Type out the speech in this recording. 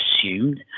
assumed